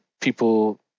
people